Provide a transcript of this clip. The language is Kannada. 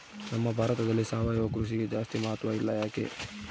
ನಮ್ಮ ಭಾರತದಲ್ಲಿ ಸಾವಯವ ಕೃಷಿಗೆ ಜಾಸ್ತಿ ಮಹತ್ವ ಇಲ್ಲ ಯಾಕೆ?